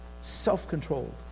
self-controlled